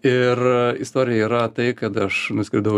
ir istorija yra tai kad aš nuskridau